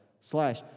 slash